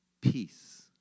Peace